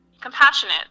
compassionate